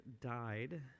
died